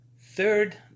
third